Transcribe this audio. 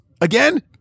again